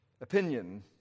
opinion